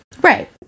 Right